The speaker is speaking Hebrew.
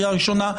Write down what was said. קריאה ראשונה.